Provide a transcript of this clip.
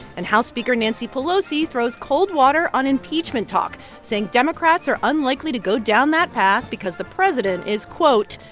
and house speaker nancy pelosi throws cold water on impeachment talk, saying democrats are unlikely to go down that path because the president is, quote,